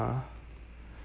uh